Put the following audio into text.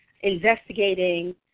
investigating